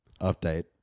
Update